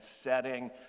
setting